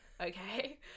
okay